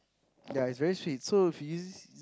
ya is very sweet so if you